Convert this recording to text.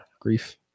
grief